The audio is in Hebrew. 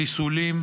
חיסולים,